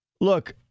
look